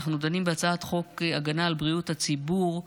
אנחנו דנים בהצעת חוק הגנה על בריאות הציבור,